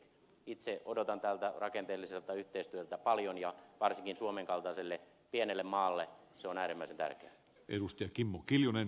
itse odotan tältä rakenteelliselta yhteistyöltä paljon ja varsinkin suomen kaltaiselle pienelle maalle se on äärimmäisen tärkeätä